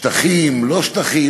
שטחים, לא-שטחים?